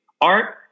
Art